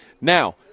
Now